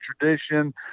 tradition